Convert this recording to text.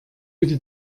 bitte